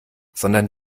sondern